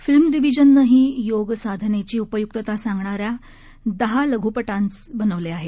film डिवीजनंही योग साधनेची उपयुक्तता सांगणारे दहा लघुपटांच बनवले आहेत